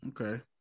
Okay